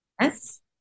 Yes